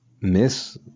miss